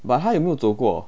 but 她有没有走过